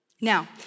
Now